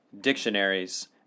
dictionaries